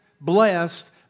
blessed